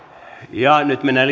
ja nyt mennään